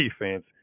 defense